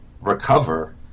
recover